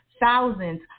thousands